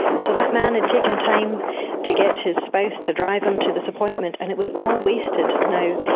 so that man had taken time to get his spouse to drive him to this appointment and it was all wasted. now,